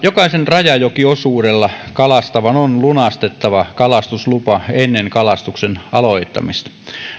jokaisen rajajokiosuudella kalastavan on lunastettava kalastuslupa ennen kalastuksen aloittamista